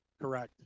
Correct